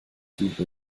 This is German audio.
video